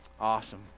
Awesome